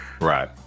right